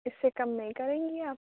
اِس سے کم نہیں کریں گی آپ